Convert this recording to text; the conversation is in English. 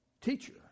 Teacher